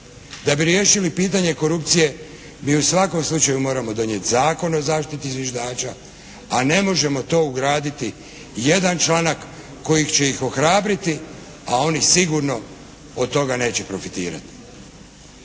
Da bi riješili pitanje korupcije mi u svakom slučaju moramo donijeti Zakon o zaštiti zviždača ali ne možemo to ugraditi jedan članak koji će ih ohrabriti, a oni sigurno od toga neće profitirati.